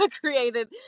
created